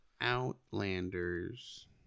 Outlanders